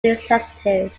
insensitive